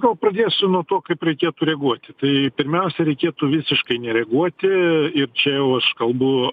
gal pradėsiu nuo to kaip reikėtų reaguoti tai pirmiausia reikėtų visiškai nereaguoti ir čia jau aš kalbu